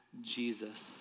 Jesus